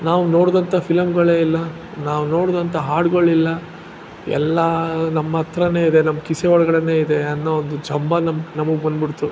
ನಾವು ನೋಡ್ದಂಥ ಫಿಲಮ್ಮುಗಳೇ ಇಲ್ಲ ನಾವು ನೋಡ್ದಂಥ ಹಾಡುಗಳಿಲ್ಲ ಎಲ್ಲ ನಮ್ಮ ಹತ್ರನೇ ಇದೆ ನಮ್ಮ ಕಿಸೆ ಒಳಗಡೆಯೇ ಇದೆ ಅನ್ನೋ ಒಂದು ಜಂಭ ನಮ್ಮ ನಮಗೆ ಬಂದುಬಿಡ್ತು